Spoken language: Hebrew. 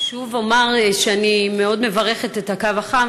שוב אומר שאני מאוד מברכת על הקו החם,